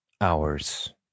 hours